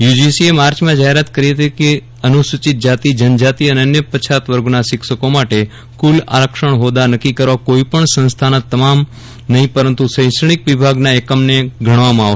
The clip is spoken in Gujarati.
યુજીસીએ માર્ચમાં જાહેરાત કરી હતી કે અનુસૂચિત જાતિ જનજાતિ અને અન્ય પછાત વર્ગોના શિક્ષકો માટે કુલ આરક્ષણ હોદ્દા નક્કી કરવા કોઈપણ સંસ્થાના તમામ નહિં પરંતુ શૈક્ષણિક વિભાગના એકમને ગણવામાં આવે